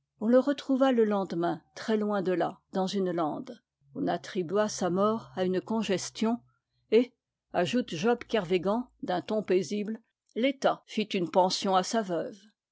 on le retrouva le lendemain très loin de là dans une lande on attribua sa mort à une congestiont et ajoute job ker végan d'un ton paisible l'etat fit une pension à sa veuve